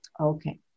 Okay